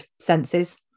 senses